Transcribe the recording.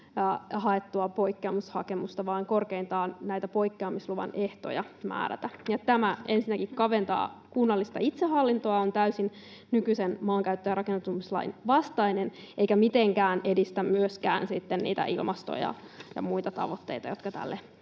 haettua poikkeamishakemusta vaan korkeintaan määrätä näitä poikkeamisluvan ehtoja. Tämä ensinnäkin kaventaa kunnallista itsehallintoa, on täysin nykyisen maankäyttö- ja rakennuslain vastainen eikä mitenkään edistä myöskään niitä ilmasto- ja muita tavoitteita, jotka tälle